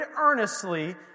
earnestly